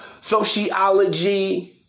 sociology